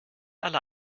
alle